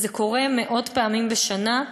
וזה קורה מאות פעמים בשנה.